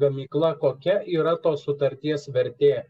gamykla kokia yra tos sutarties vertė